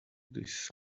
this